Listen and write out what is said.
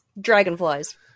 Dragonflies